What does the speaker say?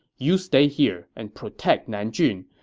you stay here and protect nanjun.